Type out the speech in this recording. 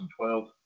2012